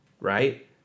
Right